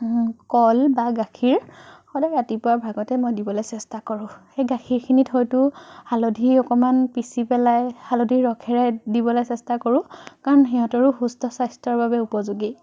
কল বা গাখীৰ সদায় ৰাতিপুৱাৰ ভাগতে মই দিবলৈ চেষ্টা কৰোঁ সেই গাখীৰখিনিত হয়তো হালধি অকণমান পিচি পেলাই হালধিৰ ৰসেৰে দিবলৈ চেষ্টা কৰোঁ কাৰণ সিহঁতৰো সুস্থ স্বাস্থ্যৰ বাবে উপযোগী